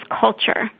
culture